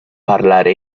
parlare